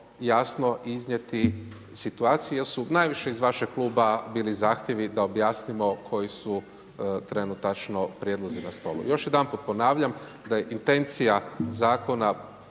jasno iznijeti situaciju jer su najviše iz vašeg kluba bili zahtjevi da objasnimo koji su trenutačno prijedlozi na stolu. Još jedanput ponavljam da je intencija zakona